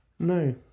No